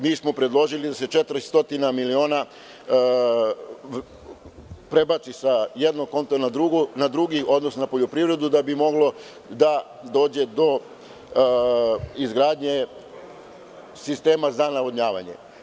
Mi smo predložili da se 400 miliona prebaci sa jednog konta na drugi, odnosno na poljoprivredu da bi moglo da dođe do izgradnje sistema za navodnjavanje.